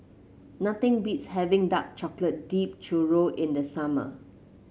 nothing beats having Dark Chocolate Dipped Churro in the summer